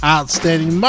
Outstanding